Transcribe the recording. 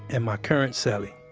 and my current so cellie.